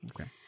Okay